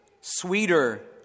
sweeter